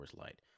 Light